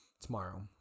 tomorrow